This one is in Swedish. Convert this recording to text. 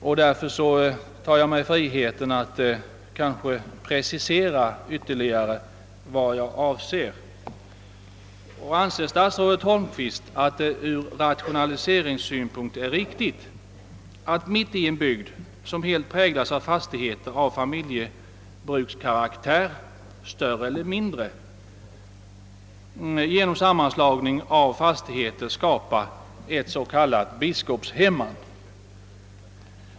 Jag tar mig därför friheten att ytterligare något precisera vad den avser. rationaliseringssynpunkt är riktigt, att mitt i en bygd som helt präglas av större eller mindre fastigheter av familjebrukskaraktär genom sammanslagning av fastigheter skapa ett s.k. biskopshemman?